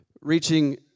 reaching